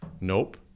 nope